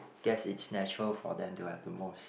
guess it's natural for them to have the most